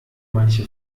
manche